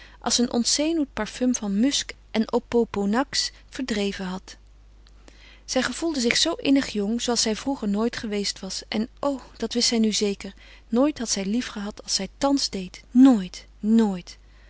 als een ontzenuwend parfum van musc en opoponax verdreven had zij gevoelde zich zoo innig jong zooals zij vroeger nooit geweest was en o dat wist zij nu zeker nooit had zij liefgehad als zij thans deed nooit nooit